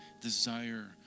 desire